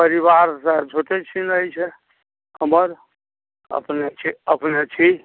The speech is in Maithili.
परीवार तऽ छोटे छीन अछि हमर अपने छी अपने छी